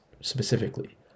specifically